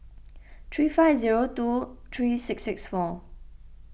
three five zero two three six six four